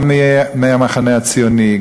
גם מהמחנה הציוני,